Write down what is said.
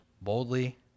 boldly